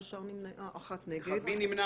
1 נמנעים,